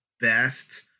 best